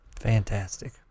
Fantastic